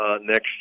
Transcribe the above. next